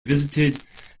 visited